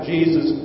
Jesus